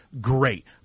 great